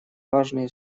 важные